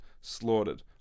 slaughtered